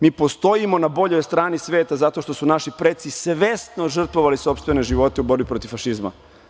Mi postojimo na boljoj strani sveta zato što su naši preci svesno žrtvovali sopstvene živote u borbi protiv fašizma.